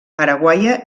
araguaia